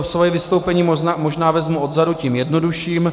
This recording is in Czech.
Svoje vystoupení možná vezmu odzadu tím jednodušším.